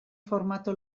formako